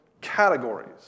categories